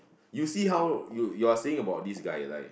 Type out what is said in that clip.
you see how you you are saying about this guy right